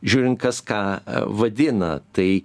žiūrint kas ką vadina tai